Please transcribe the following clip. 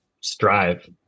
strive